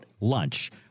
lunch